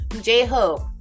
J-Hope